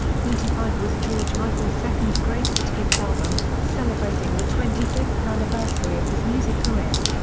twenty five was george michael's second greatest hits album, celebrating the twenty fifth anniversary of his music career.